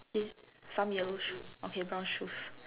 okay some yellow sh~ okay brown shoes